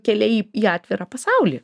keliai į atvirą pasaulį